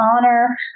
honor